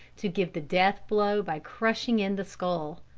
to give the death blow by crushing in the skull.